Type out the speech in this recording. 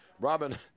Robin